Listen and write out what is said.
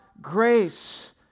grace